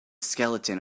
skeleton